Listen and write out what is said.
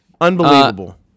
Unbelievable